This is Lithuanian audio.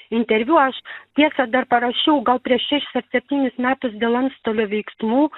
interviu aš tiesa dar parašiau gal prieš šešis ar septynis metus dėl antstolio veiksmų